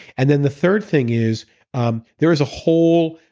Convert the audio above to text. and then the third thing is um there is a whole